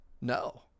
no